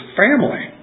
family